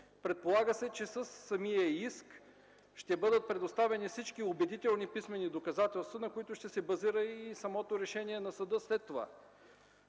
Предполага се, че със самия иск ще бъдат предоставени всички убедителни писмени доказателства, на които след това ще се базира и самото решение на съда.